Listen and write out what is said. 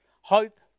hope